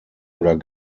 oder